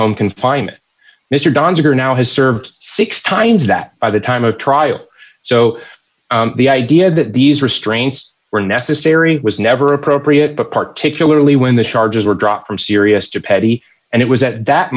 home confinement mr doniger now has served six times that by the time of trial so the idea that these restraints were necessary was never appropriate but particularly when the charges were dropped from serious to petty and it was at that